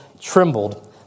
trembled